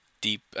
deep